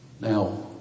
Now